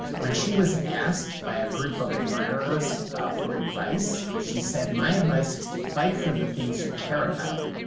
when she was asked by a group of admirers for advice, she said, my advice is to fight for the things you care about,